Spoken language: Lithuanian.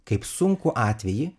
kaip sunkų atvejį